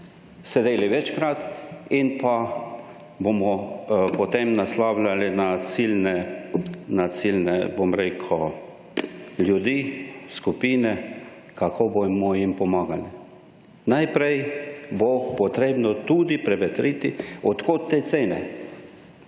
sedali večkrat in pa bomo, potem naslavljali na silne bom rekel ljudi, skupine kako jim bomo pomagali. Najprej bo potrebno tudi prevetriti od kod te cene.